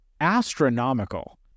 astronomical